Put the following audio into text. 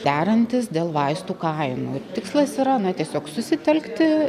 derantis dėl vaistų kainų tikslas yra na tiesiog susitelkti